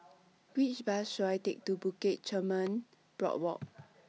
Which Bus should I Take to Bukit Chermin Boardwalk